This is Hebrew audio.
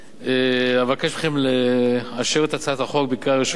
אבקש מכם לאשר את הצעת החוק בקריאה ראשונה,